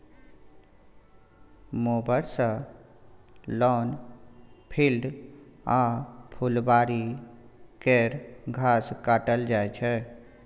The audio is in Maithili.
मोबर सँ लॉन, फील्ड आ फुलबारी केर घास काटल जाइ छै